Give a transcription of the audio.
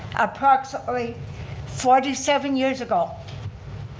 approximately forty seven years ago.